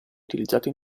utilizzato